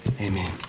Amen